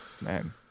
man